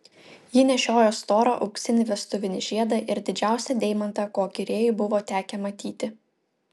ji nešiojo storą auksinį vestuvinį žiedą ir didžiausią deimantą kokį rėjui buvo tekę matyti